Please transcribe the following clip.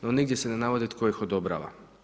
No nigdje se ne navodi tko ih odobrava.